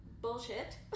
bullshit